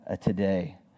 today